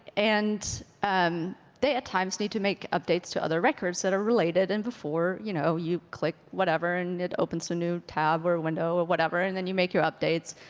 and um they at times need to make updates to other records that are related and before you know you click whatever and it opens a so new tab or window or whatever and then you make your updates.